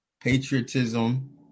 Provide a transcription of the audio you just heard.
patriotism